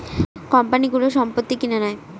কোম্পানিগুলো সম্পত্তি কিনে নেয়